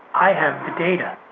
i have the data.